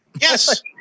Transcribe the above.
Yes